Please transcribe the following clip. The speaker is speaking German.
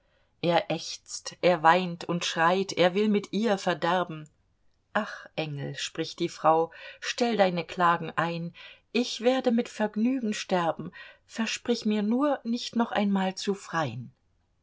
er ächzt er weint und schreit er will mit ihr verderben ach engel spricht die frau stell deine klagen ein ich werde mit vergnügen sterben versprich mir nur nicht noch einmal zu frein